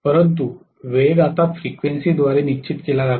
परंतु वेग आता फ्रिक्वेन्सी द्वारे निश्चित केला जातो